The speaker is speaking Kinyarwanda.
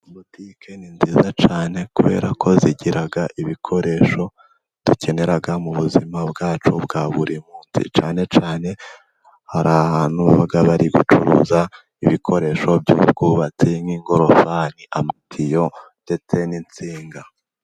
Butike ni nziza cyane kubera ko igira ibikoresho dukenera mu buzima bwacu bwa buri munsi, cyane cyane hari ahantu baba bari gucuruza ibikoresho by'ubwubatsi nk'ingorofani, amatiyo ndetse n'insinga.